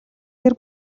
гэр